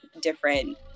different